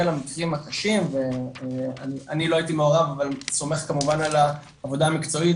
למקרים הקשים - אני לא הייתי מעורב אבל סומך כמובן על העבודה המקצועית